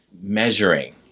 measuring